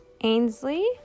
Ainsley